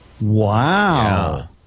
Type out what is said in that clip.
Wow